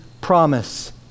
promise